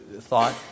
thought